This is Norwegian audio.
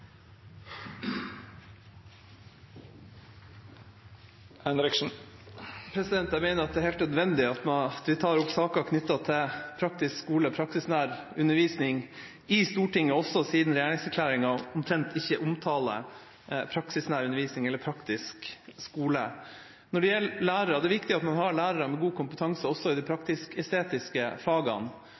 er helt nødvendig at vi tar opp saker knyttet til praktisk skole, praksisnær undervisning, i Stortinget også, siden regjeringserklæringen omtrent ikke omtaler praksisnær undervisning eller praktisk skole. Når det gjelder lærere, er det viktig at man har lærere med kompetanse også i de praktisk-estetiske fagene,